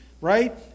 right